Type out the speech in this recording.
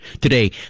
Today